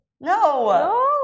No